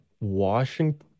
Washington